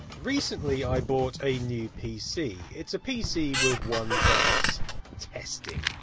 recently i bought a new pc. it's a pc with one purpose testing.